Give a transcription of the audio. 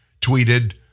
tweeted